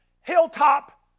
hilltop